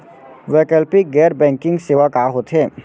वैकल्पिक गैर बैंकिंग सेवा का होथे?